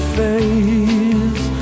face